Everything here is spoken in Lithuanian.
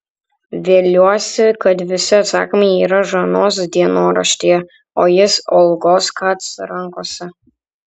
viliuosi kad visi atsakymai yra žanos dienoraštyje o jis olgos kac rankose